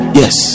yes